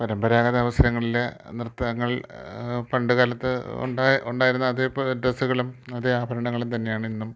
പരമ്പരാഗത അവസരങ്ങളിൽ നൃത്തങ്ങൾ പണ്ട് കാലത്ത് ഉണ്ടായിരുന്ന ഉണ്ടായിരുന്ന അതേപോലെ ഡ്രെസ്സുകളും അതേ ആഭരണങ്ങൾ തന്നെയാണിന്നും